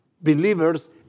believers